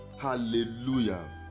Hallelujah